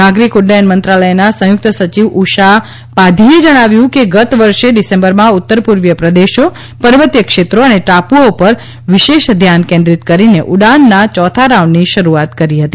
નાગરિક ઉડ્ડયન મંત્રાલયના સંયુક્ત સચિવ ઉષા પાધીએ જણાવ્યું કે ગત વર્ષે ડિસેમ્બરમાં ઉત્તર પૂર્વીય પ્રદેશો પર્વતીય ક્ષેત્રો અને ટાપુઓ પર વિશેષ ધ્યાન કેન્દ્રિત કરીને ઉડાનના ચોથા રાઉન્ડની શરૂઆત કરી હતી